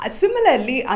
similarly